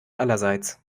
allerseits